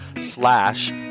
slash